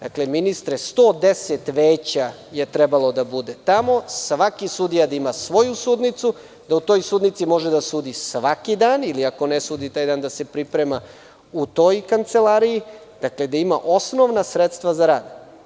Tamo je trebalo da bude 110 veća, svaki sudija da ima svoju sudnicu, da u toj sudnici može da sudi svaki dan, ili ako ne sudi taj dan, da se priprema u toj kancelariji, da ima osnovna sredstava za rad.